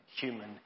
human